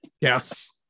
yes